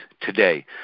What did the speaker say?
today